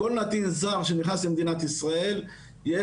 לכל נתין זר שנכנס למדינת ישראל יש